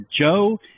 Joe